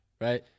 Right